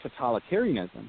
totalitarianism